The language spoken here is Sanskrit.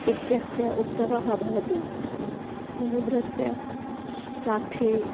इत्यस्य उत्सवः भवतु समुद्रस्य साक्षेः